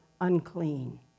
unclean